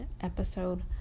episode